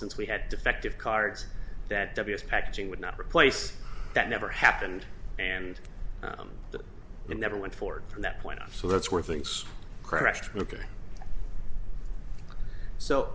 since we had defective cards that ws packaging would not replace that never happened and that it never went forward from that point so that's where things correctly ok so